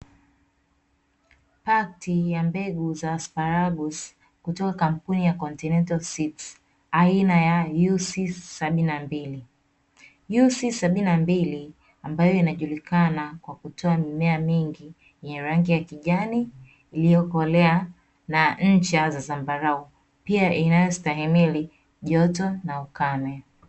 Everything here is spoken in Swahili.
Pakti ya mbegu za sparagusi kutoka kampuni ya (continental seeds) aina ya "UC 72. UC 72" ambayo inajulikana kwa kutoa mimea mingi yenye rangi ya kijani iliyo kolea na ncha za zambarau pia inayostahimili joto na ukame.